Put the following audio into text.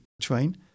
train